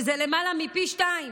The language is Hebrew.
שזה למעלה מפי שניים